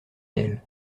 elle